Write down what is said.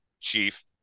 chief